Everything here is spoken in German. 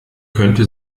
könnte